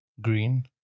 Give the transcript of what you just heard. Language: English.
Green